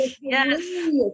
Yes